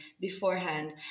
beforehand